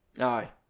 Aye